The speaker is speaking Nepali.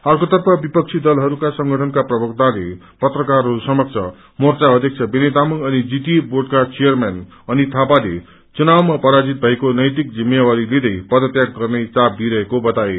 अर्कोतर्फ विपक्षी दलहरूको संगठनका प्रबवक्ताले पत्राकारहरू समक्ष मोर्चा अष्यक्ष्रा विनय तामंग अनि जीटिए बोडका चंयरम्यान अनित थापाले चुनावमा पराजित भएको नैतिक जिम्मेवरी दिदै पदत्याग गत्ने चाप दिईरहेको बताए